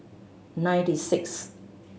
ninety six